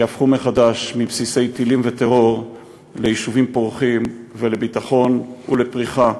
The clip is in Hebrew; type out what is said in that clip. שיהפכו מחדש מבסיסי טילים וטרור ליישובים פורחים ולביטחון ולפריחה,